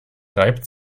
reibt